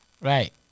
Right